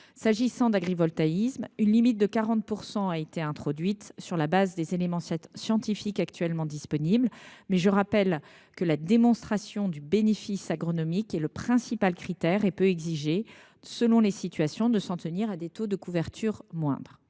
S’agissant d’agrivoltaïsme, une limite de 40 % de taux de couverture a été introduite, sur la base des éléments scientifiques actuellement disponibles. Mais je rappelle que la démonstration du bénéfice agronomique est le principal critère et peut exiger, selon les situations, de s’en tenir à des taux de couverture moindres.